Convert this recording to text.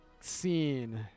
scene